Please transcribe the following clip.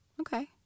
Okay